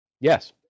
Yes